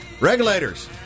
Regulators